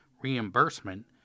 reimbursement